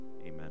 Amen